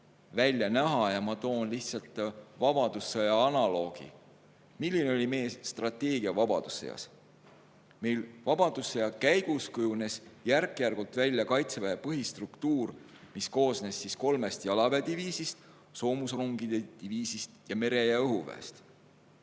välja näha. Ma toon vabadussõja analoogi. Milline oli meie strateegia vabadussõjas? Vabadussõja käigus kujunes järk-järgult välja kaitseväe põhistruktuur, mis koosnes kolmest jalaväediviisist, soomusrongide diviisist ning mere‑ ja õhuväest.